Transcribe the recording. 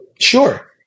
sure